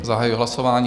Zahajuji hlasování.